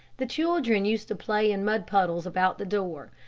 the children used to play in mud puddles about the door.